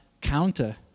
counter-